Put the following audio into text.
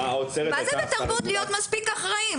מה זה בתרבות להיות מספיק אחראיים?